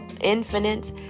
infinite